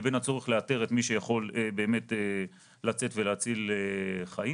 לבין הצורך לאתר את מי שיכול לצאת ולהציל חיים.